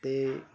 ਅਤੇ